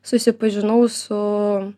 susipažinau su